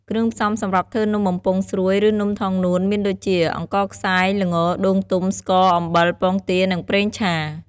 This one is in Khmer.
គ្រឿងផ្សំសម្រាប់ធ្វើនំបំពង់ស្រួយ ឬនំថងនួនមានដូចជា អង្ករខ្សាយ ល្ង ដូងទុំ ស្ករ អំបិល ពងទា និងប្រេងឆា។